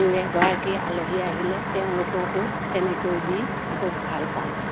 দুই এগৰাকী আলহী আহিলে তেওঁলোককো তেনেকৈ দি খুব ভালপাওঁ